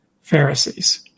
Pharisees